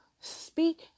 Speak